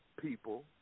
people